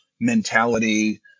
mentality